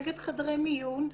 נגד חדרי מיון,